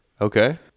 Okay